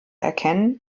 erkennen